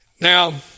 Now